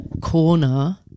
Corner